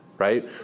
right